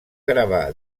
gravar